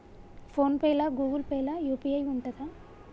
Phone pay లా Google Pay లా UPI ఉంటదా?